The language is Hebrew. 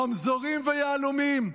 רמזורים ויהלומים.